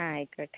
ആ ആയിക്കോട്ടെ